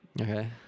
Okay